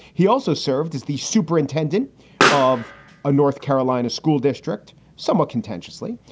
he also served as the superintendent of a north carolina school district, somewhat contentiously.